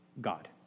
God